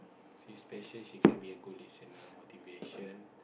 she special she can be a good listener motivation